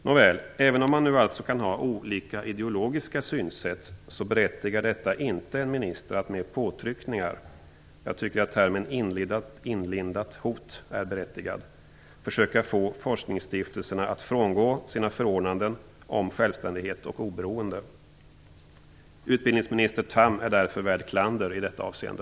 Nåväl, även om man nu alltså kan ha olika ideologiska synsätt, berättigar detta inte en minister att med påtryckningar - jag tycker att termen inlindat hot är berättigad - försöka få forskningsstiftelserna att frångå sina förordnanden om självständighet och oberoende. Utbildningsminister Tham är därför värd klander i detta avseende.